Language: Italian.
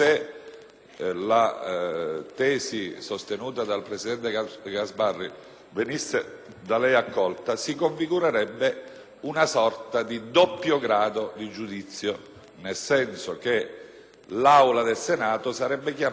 la tesi sostenuta dal presidente Gasparri venisse da lei accolta, si configurerebbe una sorta di doppio grado di giudizio, nel senso che l'Aula del Senato sarebbe chiamata